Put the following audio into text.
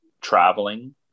traveling